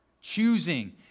choosing